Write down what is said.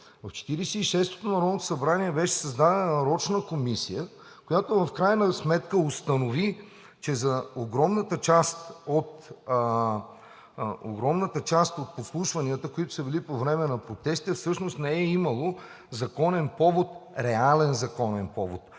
и шестото народно събрание беше създадена нарочна комисия, която в крайна сметка установи, че за огромната част от подслушванията, които са били по време на протестите, всъщност не е имало законен повод